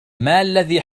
الذي